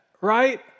right